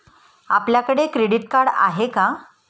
आपल्याकडे credit card आहे का?